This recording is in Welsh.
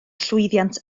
llwyddiant